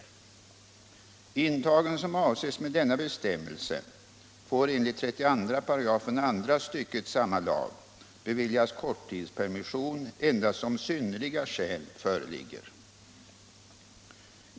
Intagen som avses med denna bestämmelse får enligt 32 § andra stycket samma lag beviljas korttidspermission endast om synnerliga skäl föreligger.